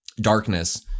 darkness